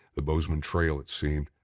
the bozeman trail, it seemed,